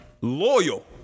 loyal